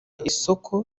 isoko